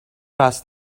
است